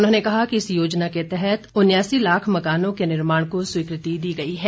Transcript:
उन्होंने कहा कि इस योजना के तहत उनयासी लाख मकानों के निर्माण को स्वीकृति दी गई है